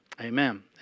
amen